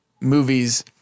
movies